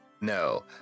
No